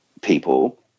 people